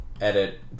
edit